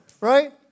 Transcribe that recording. Right